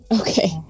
Okay